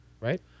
right